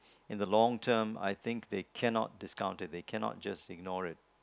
in the long term I think they cannot discount it they cannot just ignore it